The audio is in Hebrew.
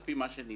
על פי מה שנדרש.